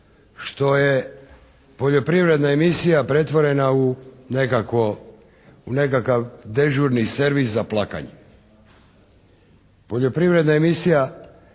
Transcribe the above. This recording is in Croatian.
što je poljoprivredna emisija pretvorena u nekakvo, u nekakav dežurni servis za plakanje. Poljoprivredna emisija